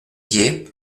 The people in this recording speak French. dié